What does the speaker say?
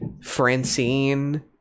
Francine